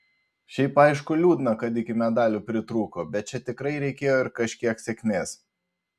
šiaip aišku liūdna kad iki medalių pritrūko bet čia tikrai reikėjo ir kažkiek sėkmės